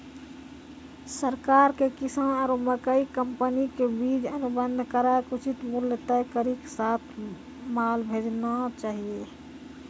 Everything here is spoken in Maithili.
सरकार के किसान आरु मकई कंपनी के बीच अनुबंध कराय के उचित मूल्य तय कड़ी के सीधा माल भेजना चाहिए?